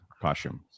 costume